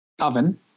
oven